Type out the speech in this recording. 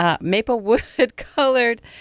maple-wood-colored